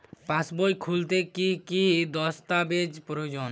পাসবই খুলতে কি কি দস্তাবেজ প্রয়োজন?